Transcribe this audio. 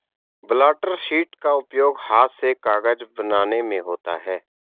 blotter sheet का उपयोग हाथ से कागज बनाने में होता है